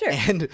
Sure